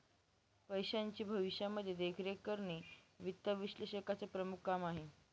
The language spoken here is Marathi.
पैशाची भविष्यामध्ये देखरेख करणे वित्त विश्लेषकाचं प्रमुख काम आहे